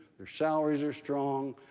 their salaries are strong,